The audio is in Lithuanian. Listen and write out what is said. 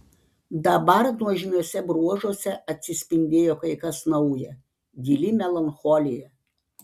dabar nuožmiuose bruožuose atsispindėjo kai kas nauja gili melancholija